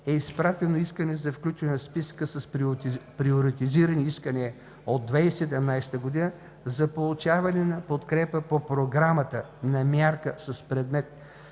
е изпратено искане за включване в списъка с приоритизирани искания от 2017 г. за получаване на подкрепа по Програмата на мярка с предмет